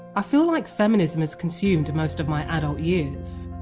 i feel like feminism has consumed most of my adult years